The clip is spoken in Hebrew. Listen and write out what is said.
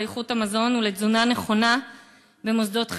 איכות המזון ולתזונה נכונה במוסדות חינוך.